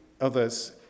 others